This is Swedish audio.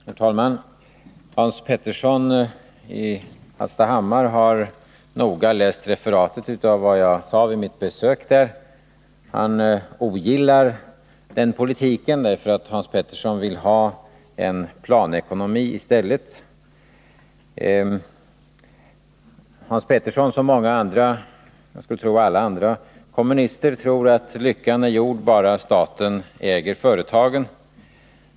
Herr talman! Hans Petersson i Hallstahammar har noga läst referatet av vad jag sade vid mitt besök där. Han ogillar den politiken därför att Hans Petersson vill ha en planekonomi i stället. Hans Petersson som, skulle jag tro, alla kommunister tror att lyckan är gjord bara staten äger företagen.